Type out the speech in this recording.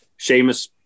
Seamus